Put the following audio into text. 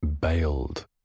bailed